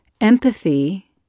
Empathy